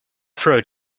throat